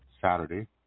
Saturday